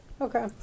Okay